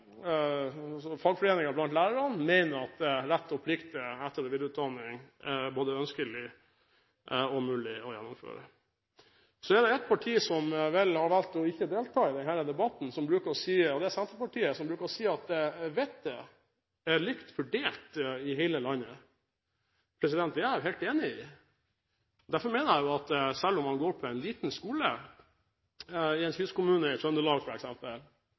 mener at rett og plikt til etter- og videreutdanning både er ønskelig og mulig å gjennomføre. Så er det et parti som vel har valgt å ikke delta i denne debatten. Det er Senterpartiet, som bruker å si at vettet er likt fordelt i hele landet. Det er jeg helt enig i. Derfor mener jeg at om man går på en liten skole i en kystkommune i Trøndelag,